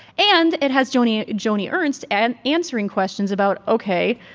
and it has joni ah joni ernst and answering questions about, ok,